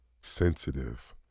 sensitive